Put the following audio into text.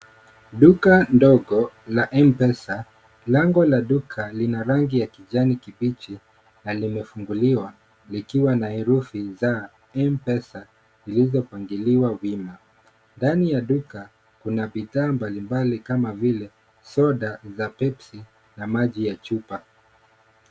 Duka ndogo la M-Pesa, lango la duka lina rangi ya kijani kibichi na limefunguliwa likiwa na herufi za M-Pesa zilizopangiliwa wima. Ndani ya duka kuna bidhaa mbalimbali kama vile soda za Pepsi na maji ya chupa.